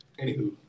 Anywho